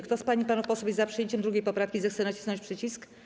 Kto z pań i panów posłów jest za przyjęciem 2. poprawki, zechce nacisnąć przycisk.